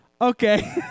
Okay